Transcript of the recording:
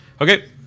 Okay